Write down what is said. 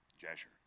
Jasher